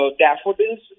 daffodils